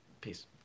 Peace